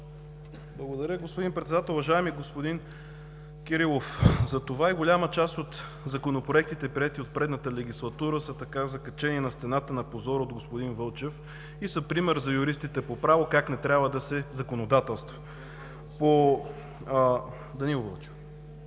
уважаеми господин Председател. Уважаеми господин Кирилов, затова голяма част от законопроектите, приети от предишната легислатура, са закачени на стената на позора от господин Вълчев и са пример за юристите по право как не трябва да се законодателства. По отношение